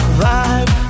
vibe